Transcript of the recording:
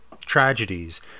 tragedies